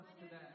today